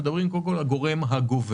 מדברים קודם כול על הגורם הגובה.